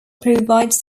provides